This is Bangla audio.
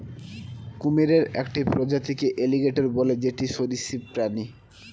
কুমিরের একটি প্রজাতিকে এলিগেটের বলে যেটি সরীসৃপ প্রাণী